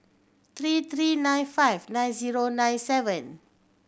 three three nine five nine zero nine seven